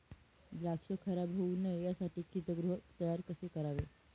द्राक्ष खराब होऊ नये यासाठी शीतगृह तयार कसे करावे?